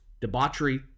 debauchery